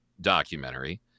documentary